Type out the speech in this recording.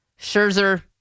Scherzer